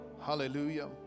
Hallelujah